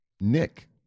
Nick